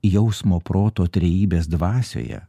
jausmo proto trejybės dvasioje